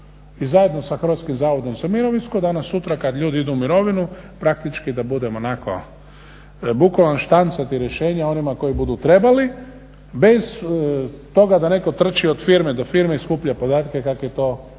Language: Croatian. I zajedno sa HZMO danas-sutra kad ljudi idu u mirovinu praktički da budemo bukvalno štancati rješenja onima koji budu trebali, bez toga da netko trči od firme do firme i skuplja podatke kako je to nekad